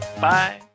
Bye